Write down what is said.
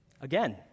Again